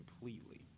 completely